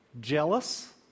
jealous